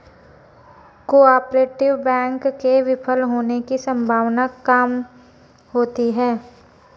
cooperative bank के विफल होने की सम्भावना काम होती है